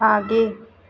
आगे